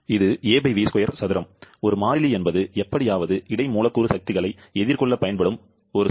இது av2 சதுரம் ஒரு மாறிலி என்பது எப்படியாவது இடை மூலக்கூறு சக்திகளை எதிர்கொள்ள பயன்படும் ஒரு சொல்